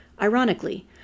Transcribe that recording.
Ironically